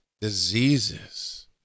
diseases